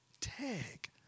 Tag